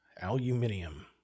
aluminium